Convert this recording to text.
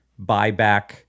buyback